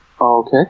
Okay